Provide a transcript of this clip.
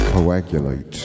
Coagulate